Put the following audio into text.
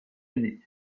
année